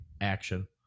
Action